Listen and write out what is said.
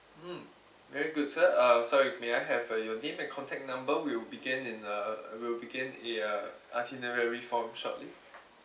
mm very good sir uh sorry may I have uh your name and contact number we'll begin in a uh we'll begin the itinerary form shortly